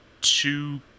two